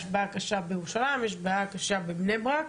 יש בעיה קשה בירושלים, יש בעיה קשה בבני ברק.